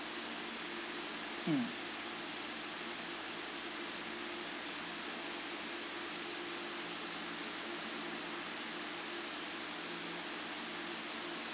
mm